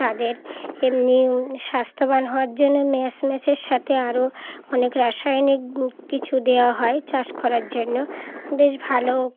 তাদের এমনি স্বাস্থ্যবান হওয়ার জন্য ম্যাশ ম্যাশের সাথে আরও অনেক রাসায়নিক কিছু দেওয়া হয় চাষ করার জন্য বেশ ভালো